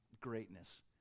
greatness